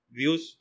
views